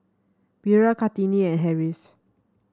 Wira Kartini and Harris